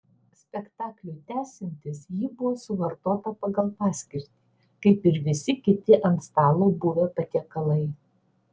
spektakliui tęsiantis ji buvo suvartota pagal paskirtį kaip ir visi kiti ant stalo buvę patiekalai